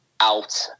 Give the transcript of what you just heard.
out